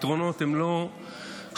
הפתרונות הם לא חד-ממדיים.